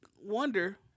wonder